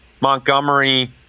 Montgomery